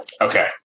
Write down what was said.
Okay